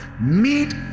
meet